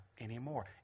anymore